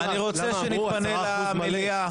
חברים, אני רוצה שנתפנה למליאה.